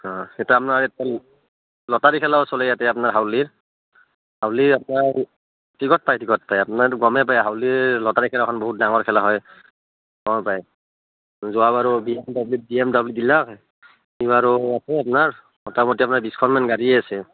অঁ সেইটো আপোনাৰ এটা লটাৰী খেলাও চলে ইয়াতে আপোনাৰ হাউলীৰ হাউলীৰ আপোনাৰ টিকট পায় টিকট পায় আপোনাৰ এইটো গমেই পায় হাউলীৰ লটাৰী খেলাখন বহুত ডাঙৰ খেলা হয় গম পায় যোৱাবাৰো B M W B M W দিলাক এইবাৰো আছে আপোনাৰ মোটামুটি আপোনাৰ বিছখনমান গাড়ীয়েই আছে